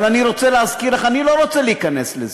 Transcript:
אבל אני רוצה להזכיר לך, אני לא רוצה להיכנס לזה,